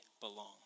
belong